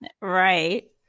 Right